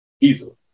Easily